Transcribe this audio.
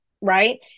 right